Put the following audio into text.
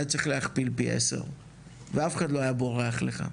היה צריך להכפיל פי 10 ואף אחד לא היה בורח לך.